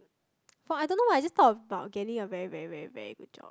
for I don't know why I just thought about getting a very very very very good job